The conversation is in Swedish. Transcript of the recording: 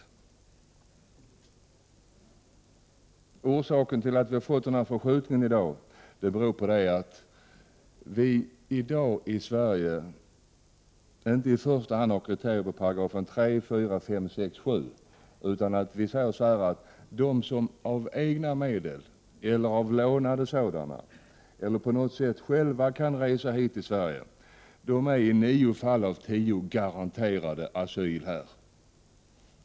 Den förskjutning som har skett när det gäller inriktningen av flyktinghjälpen beror på att vi i Sverige i dag inte i första hand går efter kriterierna i 3-7 §§ i utlänningslagen. Vi säger i stället att de som med egna eller lånade medel på något sätt själva kan resa hit till Sverige är garanterade asyli nio fall av tio.